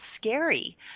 scary